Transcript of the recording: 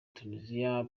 tuniziya